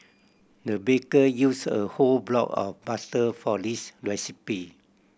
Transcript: the baker used a whole block of butter for this recipe